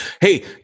Hey